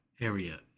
area